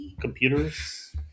computers